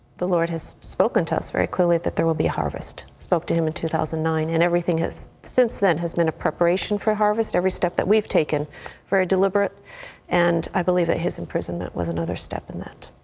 the lord has spoken to us very clearly that there will be harvest spoke to him in two thousand and nine and everything has since then has been a preparation for harvest every step that we've taken for a deliberate and i believe that his imprisonment was another step in that.